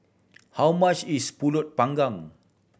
how much is Pulut Panggang